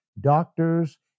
doctors